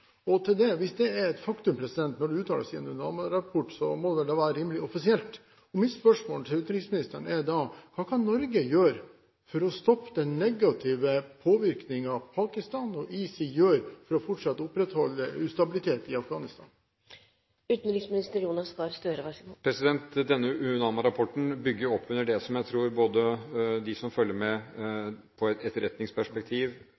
Hvis det er et faktum, og når det uttales i en UNAMA-rapport, er det vel rimelig offisielt. Mitt spørsmål til utenriksministeren er da: Hva kan Norge gjøre for å stoppe den negative påvirkningen fra Pakistan når ISI gjør dette for å fortsette å opprettholde ustabilitet i Afghanistan? Denne UNAMA-rapporten bygger jo opp under det som jeg tror at de som følger med